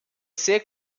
sehr